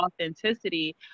authenticity